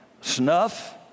snuff